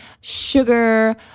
sugar